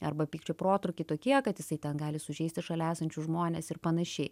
arba pykčio protrūkiai tokie kad jisai ten gali sužeist ir šalia esančius žmones ir panašiai